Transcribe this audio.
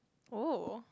oh